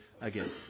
again